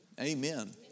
Amen